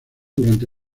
durante